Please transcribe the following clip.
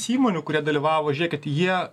įmonių kurie dalyvavo žiūrėkit jie